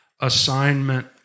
assignment